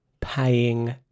paying